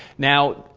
now,